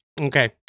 Okay